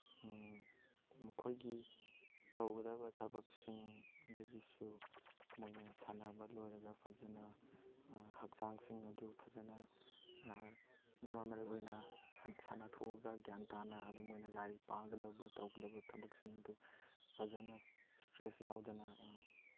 ꯃꯈꯣꯏꯒꯤ ꯇꯧꯒꯗꯕ ꯊꯕꯛꯁꯤꯡꯗꯒꯤꯁꯨ ꯃꯣꯏꯅ ꯁꯥꯟꯅꯕ ꯂꯣꯏꯔꯒ ꯐꯖꯅ ꯍꯛꯆꯥꯡꯁꯤꯡ ꯑꯗꯨ ꯐꯖꯅ ꯅꯣꯔꯃꯦꯜ ꯑꯣꯏꯅ ꯁꯥꯟꯅꯊꯣꯛꯑꯒ ꯒ꯭ꯌꯥꯟ ꯇꯥꯅ ꯑꯗꯒꯤ ꯃꯣꯏꯅ ꯂꯥꯏꯔꯤꯛ ꯄꯥꯒꯗꯧꯕ ꯇꯧꯒꯗꯕ ꯊꯕꯛꯁꯤꯡ ꯑꯗꯨ ꯐꯖꯅ ꯏꯁꯇ꯭ꯔꯦꯁ ꯌꯥꯎꯗꯅ